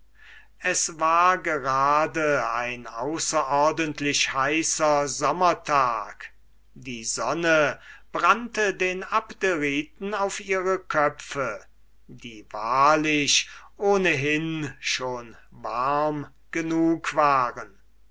es war just ein außerordentlich heißer sommertag die sonne brannte den abderiten auf ihre köpfe die wahrlich ohnehin schon warm genug waren